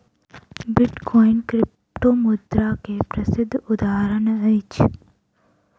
bitcoin क्रिप्टोमुद्रा के प्रसिद्ध उदहारण अछि